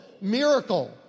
miracle